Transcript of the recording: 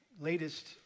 latest